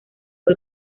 fue